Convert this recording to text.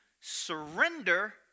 surrender